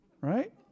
Right